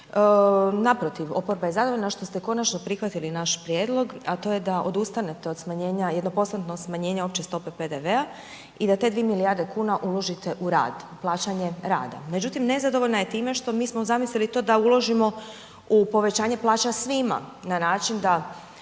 Naprotiv, oporba je zadovoljna što te konačno prihvatili naš prijedlog a to je da odustanete od smanjenja, jedno .../Govornik se ne razumije./... smanjenja opće stope PDV-a i da te 2 milijarde kuna uložite u rad i plaćanje rada. Međutim nezadovoljna je time što mi smo zamislili to da uložimo u povećanje plaća svima na način da